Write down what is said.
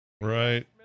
right